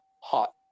hot